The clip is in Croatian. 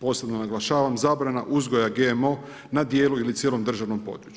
posebno naglašavam, zabrana uzgoja GMO, na dijelu ili cijelom državnom području.